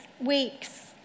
weeks